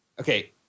okay